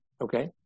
okay